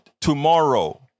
tomorrow